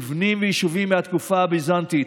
מבנים ויישובים מהתקופה הביזנטית.